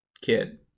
kid